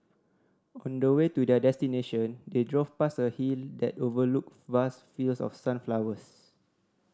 on the way to their destination they drove past a hill that overlooked vast fields of sunflowers